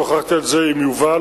שוחחתי על זה עם יובל,